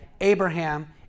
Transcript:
Abraham